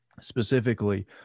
specifically